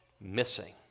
missing